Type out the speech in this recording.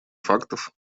фактов